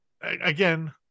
again